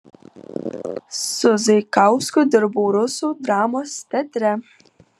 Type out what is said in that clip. su zaikausku dirbau rusų dramos teatre